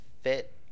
fit